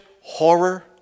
horror